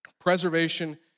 preservation